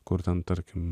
kur ten tarkim